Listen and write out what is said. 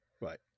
Right